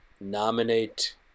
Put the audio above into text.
nominate